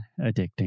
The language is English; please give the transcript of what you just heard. addicting